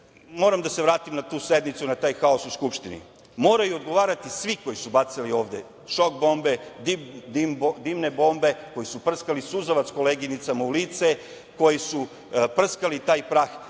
da se vratim na tu sednicu i na taj haos u Skupštini. Moraju odgovarati svi koji su bacali ovde šok bombe, dimne bombe, koji su prskali suzavac koleginicama u lice, koji su prskali taj prah,